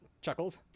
chuckles